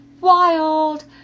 Wild